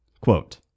Quote